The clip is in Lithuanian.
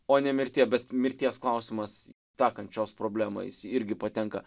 o ne mirtyje bet mirties klausimas tą kančios problemą jis irgi patenka